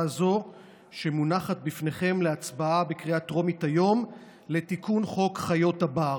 הזו שמונחת בפניכם להצבעה בקריאה טרומית היום לתיקון חוק חיות הבר,